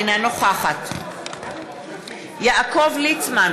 אינה נוכחת יעקב ליצמן,